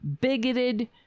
bigoted